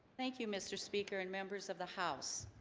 thank you mr. speaker and members of the house